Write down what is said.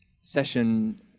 session